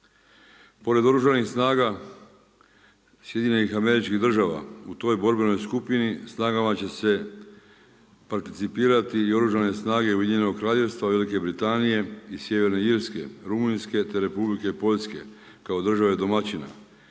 Pored oružanih snaga SAD-a, u toj borbenoj skupini snagama će se participirati i oružane snage Ujedinjenog kraljevstva Velike Britanije i sjeverne Irske, Rumunjske, te Republike Poljske kao države domaćina.